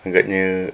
agaknya